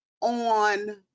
on